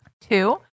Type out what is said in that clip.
Two